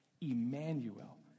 Emmanuel